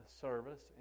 service